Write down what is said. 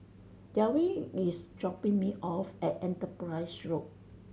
Delvin is dropping me off at Enterprise Road